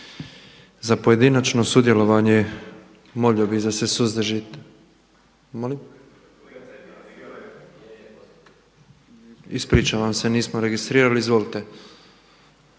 Za pojedinačno sudjelovanje. …/Upadica se ne razumije./… Ispričavam se, nismo registrirali. Izvolite.